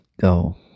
go